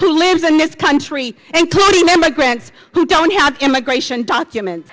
who lives in this country including immigrants who don't have immigration documents